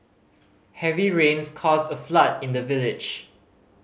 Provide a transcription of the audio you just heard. heavy rains caused a flood in the village